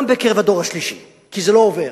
גם בקרב הדור השלישי, כי זה לא עובר.